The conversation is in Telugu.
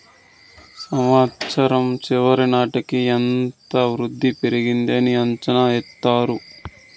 సంవచ్చరం చివరి నాటికి ఎంత వృద్ధి పెరిగింది అని అంచనా ఎత్తారు